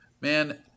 Man